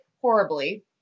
horribly